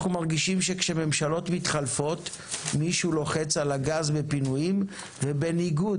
אנחנו מרגישים שכשממשלות מתחלפות מישהו לוחץ על הגז בפינויים ובניגוד